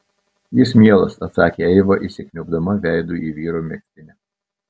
jis mielas atsakė eiva įsikniaubdama veidu į vyro megztinį